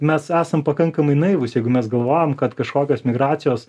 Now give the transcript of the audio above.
mes esam pakankamai naivūs jeigu mes galvojam kad kažkokios migracijos